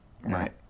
Right